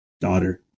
daughter